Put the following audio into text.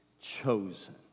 chosen